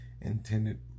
intended